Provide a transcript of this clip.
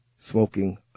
Smoking